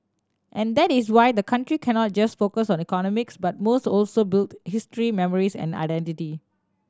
and that is why the country cannot just focus on economics but must also build history memories and identity